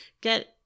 get